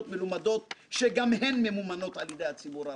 מלומדות שגם הן ממומנות על ידי הציבור הרחב.